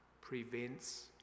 prevents